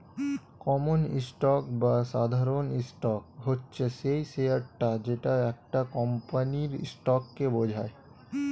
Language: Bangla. কমন স্টক বা সাধারণ স্টক হচ্ছে সেই শেয়ারটা যেটা একটা কোম্পানির স্টককে বোঝায়